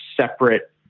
separate